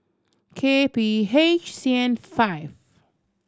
K P H C N five